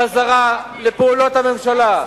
חזרה לפעולות הממשלה.